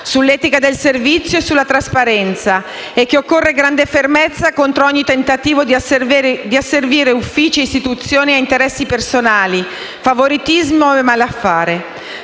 sull'etica del servizio e sulla trasparenza» e che «occorre grande fermezza contro ogni tentativo di asservire uffici e istituzioni a interessi personali, favoritismi e malaffare».